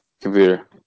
computer